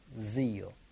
zeal